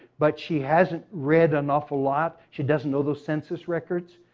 but she hasn't read an awful lot. she doesn't know those census records.